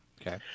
Okay